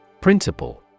Principle